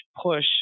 push